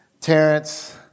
Terrence